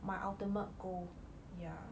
my ultimate goal ya